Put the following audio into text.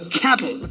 cattle